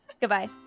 Goodbye